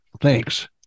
Thanks